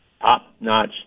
top-notch